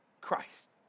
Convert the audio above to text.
Christ